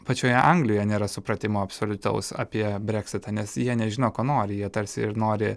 pačioje anglijoje nėra supratimo absoliutaus apie breksitą nes jie nežino ko nori jie tarsi ir nori